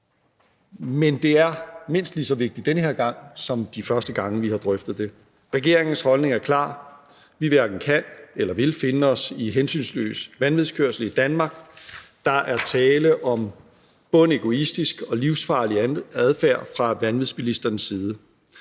men det er mindst lige så vigtigt den her gang som de andre gange, vi har drøftet det. Regeringens holdning er klar: Vi hverken kan eller vil finde os i hensynsløs vanvidskørsel i Danmark. Der er tale om bundegoistisk og livsfarlig adfærd fra vanvidsbilisternes side.